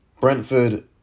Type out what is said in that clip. Brentford